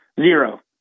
Zero